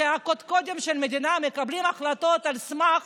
שהקודקודים של המדינה מקבלים החלטות על סמך